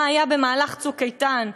מה היה במהלך "צוק איתן",